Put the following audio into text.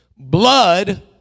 Blood